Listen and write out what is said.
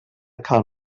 cal